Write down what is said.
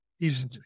hes